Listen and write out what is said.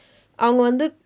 I wanted